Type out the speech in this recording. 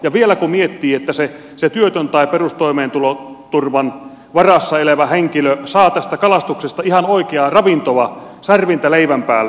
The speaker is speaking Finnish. ja vielä kun miettii että se työtön tai perustoimeentuloturvan varassa elävä henkilö saa tästä kalastuksesta ihan oikeaa ravintoa särvintä leivän päälle